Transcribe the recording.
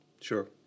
Sure